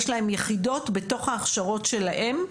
יש להם יחידות בתוך ההכשרות שלהם,